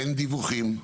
אין דיווחים.